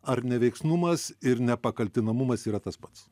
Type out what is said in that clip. ar neveiksnumas ir nepakaltinamumas yra tas pats